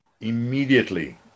immediately